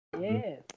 Yes